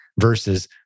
versus